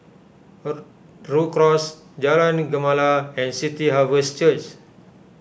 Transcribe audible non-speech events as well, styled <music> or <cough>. <unintelligible> Rhu Cross Jalan Ni Gemala and City Harvest Church